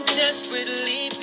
desperately